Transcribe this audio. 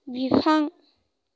बिफां